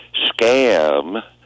scam